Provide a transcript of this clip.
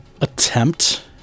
attempt